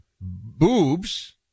boobs